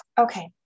Okay